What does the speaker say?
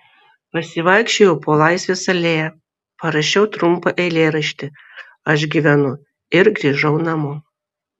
pasivaikščiojau po laisvės alėją parašiau trumpą eilėraštį aš gyvenu ir grįžau namo